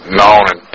known